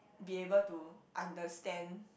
be able to understand